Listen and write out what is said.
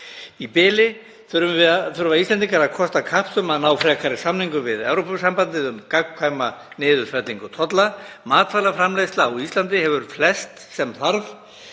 Í bili þurfa Íslendingar að kosta kapps að ná frekari samningum við Evrópusambandið um gagnkvæma niðurfellingu tolla. Matvælaframleiðsla á Íslandi hefur flest sem þarf